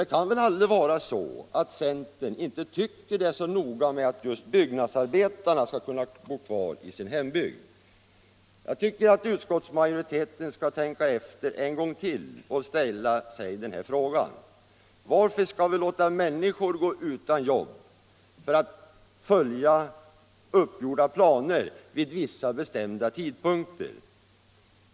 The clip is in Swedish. Det kan väl aldrig vara så att centern inte anser att det är så noga med att just byggnadsarbetarna skall få bo kvar i sina hembygder. Jag tycker att utskottsmajoriteten bör tänka efter en gång till och ställa sig frågan: Varför skall vi låta människor gå utan jobb, bara för att vi skall följa uppgjorda planer vid vissa bestämda tidpunkter?